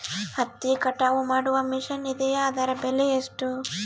ಹತ್ತಿ ಕಟಾವು ಮಾಡುವ ಮಿಷನ್ ಇದೆಯೇ ಅದರ ಬೆಲೆ ಎಷ್ಟು?